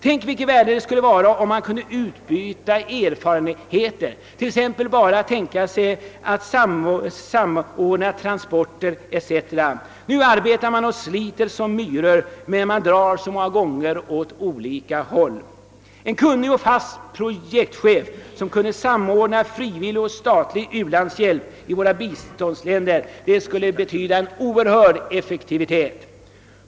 Tänk vad det skulle kunna betyda om man kunde utbyta erfarenheter beträffande lämpligt utsäde och samordning av transporter! Nu arbetar man och sliter som myror men drar ofta åt olika håll. En kunnig och fast projektchef som kunde samordna frivillig och statlig u-landshjälp i våra biståndsländer skulle medföra en oerhörd effektivitet.